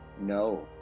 No